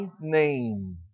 name